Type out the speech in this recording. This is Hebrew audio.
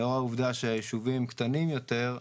לאור העובדה שהאזורים קטנים יותר,